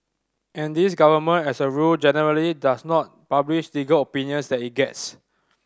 and this government as a rule generally does not publish legal opinions that it gets